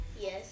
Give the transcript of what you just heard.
Yes